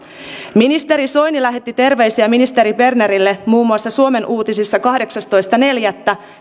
ministeri soini lähetti terveisiä ministeri bernerille muun muassa suomen uutisissa kahdeksastoista neljättä